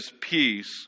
peace